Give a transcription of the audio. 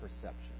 perception